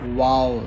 wow